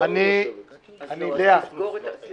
אנחנו צריכים לסגור את הישיבה,